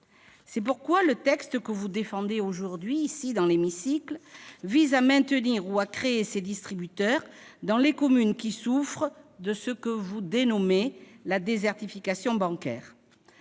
C'est pourquoi le texte que vous défendez aujourd'hui dans l'hémicycle vise à maintenir ou à créer ces distributeurs dans les communes qui souffrent de ce que vous appelez la « désertification bancaire